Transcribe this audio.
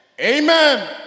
amen